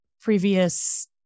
previous